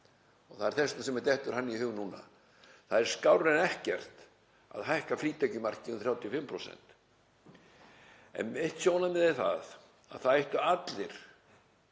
Það er þess vegna sem mér dettur hann í hug núna. Það er skárra en ekkert að hækka frítekjumarkið um 35%. En eitt sjónarmið er að það ættu allir